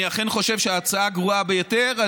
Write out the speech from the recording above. אני אכן חושב שההצעה גרועה ביותר,